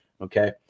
okay